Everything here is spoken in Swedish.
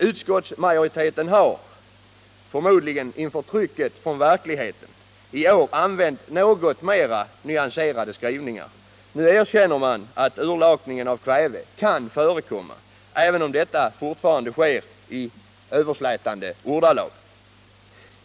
Utskottsmajoriteten har — förmodligen inför trycket från verkligheten —i år använt något mer nyanserade skrivningar. Nu erkänner man att utlakningen av kväve kan förekomma, även om detta fortfarande sker i överslätande ordalag.